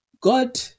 God